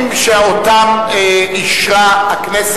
אולי זאת כוונתך.